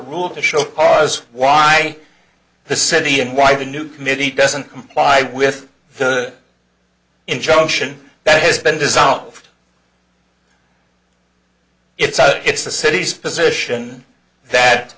rule to show cause why the city and why the new committee doesn't comply with the injunction that has been dissolved it's it's the city's position that